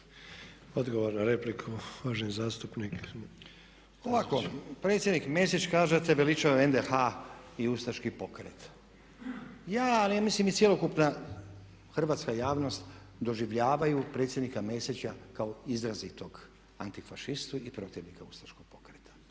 Odgovor na repliku, uvaženi zastupnik. **Stazić, Nenad (SDP)** Ovako, predsjednik Mesić kažete veličate je NDH i Ustaški pokret. Ja ne mislim i cjelokupna Hrvatska javnost doživljavaju predsjednika Mesića kao izrazitog antifašistu i protivnika Ustaškog pokreta.